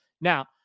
Now